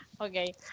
Okay